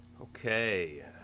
Okay